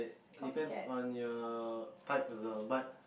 depends on your type as a bud